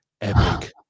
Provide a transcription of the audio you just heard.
Epic